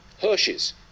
Hershey's